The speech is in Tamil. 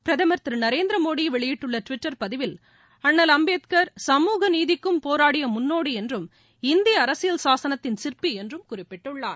பிரதமர் திருநரேந்திரமோடிவெளியிட்டுள்ளடுவிட்டர் பதிவில் அண்ணல் அம்பேத்கர் சமூக நீதிக்கும் போராடியமுன்னோடிஎன்றும் இந்தியஅரசியல் சாசனத்தின் சிற்பிஎன்றும் குறிப்பிட்டுள்ளார்